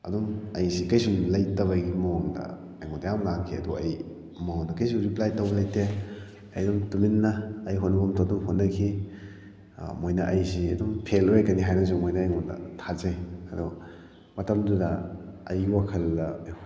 ꯑꯗꯨꯝ ꯑꯩꯁꯤ ꯀꯔꯤꯁꯨ ꯂꯩꯇꯕꯒꯤ ꯃꯑꯣꯡꯗ ꯑꯩꯉꯣꯟꯗ ꯌꯥꯝ ꯉꯥꯡꯈꯤ ꯑꯗꯣ ꯑꯩ ꯃꯉꯣꯟꯗ ꯀꯔꯤꯁꯨ ꯔꯤꯄ꯭ꯂꯥꯏ ꯇꯧꯕ ꯂꯩꯇꯦ ꯑꯩ ꯑꯗꯨꯝ ꯇꯨꯃꯤꯟꯅ ꯑꯩ ꯍꯣꯠꯅꯐꯝ ꯊꯣꯛꯄ ꯑꯗꯨꯝ ꯍꯣꯠꯅꯈꯤ ꯃꯣꯏꯅ ꯑꯩꯁꯤ ꯑꯗꯨꯝ ꯐꯦꯜ ꯑꯣꯏꯔꯛꯀꯅꯤ ꯍꯥꯏꯅꯁꯨ ꯃꯣꯏꯅ ꯑꯩꯉꯣꯟꯗ ꯊꯥꯖꯩ ꯑꯗꯣ ꯃꯇꯝꯗꯨꯗ ꯑꯩꯒꯤ ꯋꯥꯈꯜꯗ